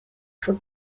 for